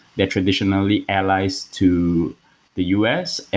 they're traditionally allies to the u s. and,